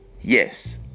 Yes